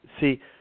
See